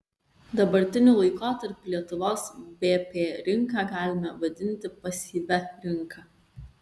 dabartiniu laikotarpiu lietuvos vp rinką galime vadinti pasyvia rinka